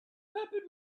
peppered